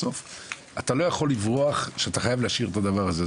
אתה לא יכול לברוח ולהשאיר את הדבר הזה,